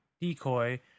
decoy